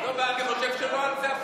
אני חושב שלא על זה הסיפור,